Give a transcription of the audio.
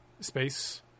space